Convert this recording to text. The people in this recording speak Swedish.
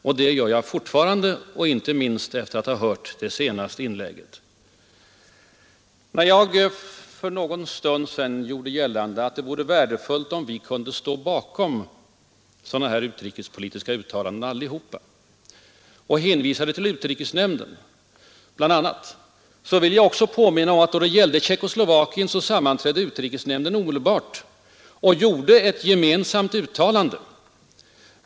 Och det gör jag fortfarande, inte minst efter att ha hört det senaste inlägget. Jag gjorde för en stund sedan gällande att det vore värdefullt om vi allihop kunde stå bakom utrikespolitiska uttalanden i sådana här sammanhang och hänvisade bl.a. till utrikesnämnden. Jag vill också påminna om att utrikesnämnden, när det gällde Tjeckoslovakien, sammanträdde omedelbart och gjorde ett gemensamt uttalande.